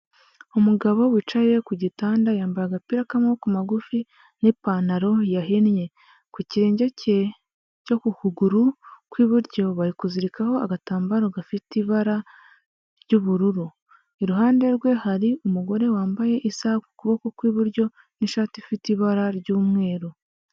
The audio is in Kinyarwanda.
Umugabo wicaye ku gitanda yambaye agapira k'amaboko magufi n'ipantaro yahinnye, ku kirenge cye cyo ku kuguru kw'iburyo, bari kuzirikaho agatambaro gafite ibara ry'ubururu, iruhande rwe hari umugore wambaye isaha ku kuboko kw'iburyo n'ishati ifite ibara ry'umweru.